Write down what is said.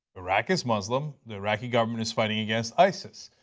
iraq is muslim, the iraqi government is fighting against isis.